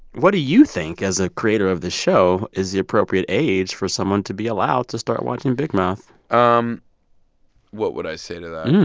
what do you think, as a creator of this show, is the appropriate age for someone to be allowed to start watching big mouth? um what would i say to that?